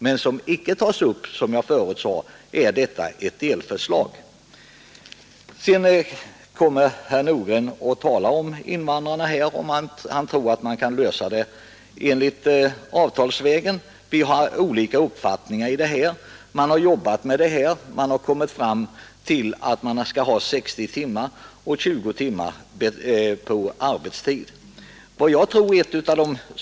Vad vi behandlar i dag är ett delförslag. Herr Nordgren trodde att många invandrarfrågor kan lösas avtalsvägen. På den punkten har vi olika uppfattningar. Det har träffats en överenskommelse om 60 timmars svenskundervisning, varav minst 20 timmar skulle förläggas till arbetstid.